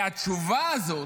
והתשובה הזאת,